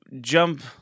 jump